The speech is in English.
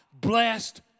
blessed